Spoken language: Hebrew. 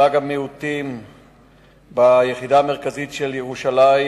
מפלג המיעוטים ביחידה המרכזית של ירושלים